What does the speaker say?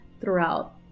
throughout